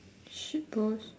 shit post